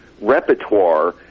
repertoire